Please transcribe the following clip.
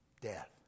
death